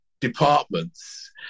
departments